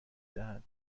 دهد